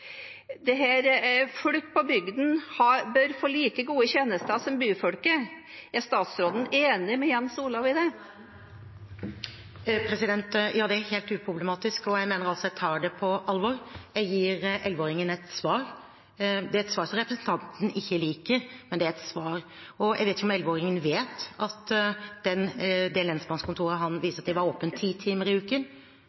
Folk på bygda bør få like gode tjenester som byfolket. Er statsråden enig med Jens Olav i det? Ja, det er helt uproblematisk, og jeg mener altså at jeg tar det på alvor. Jeg gir 11-åringen et svar. Det er et svar som representanten ikke liker, men det er et svar. Jeg vet ikke om 11-åringen vet at det lensmannskontoret han